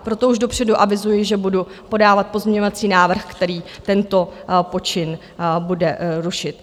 Proto už dopředu avizuji, že budu podávat pozměňovací návrh, který tento počin bude rušit.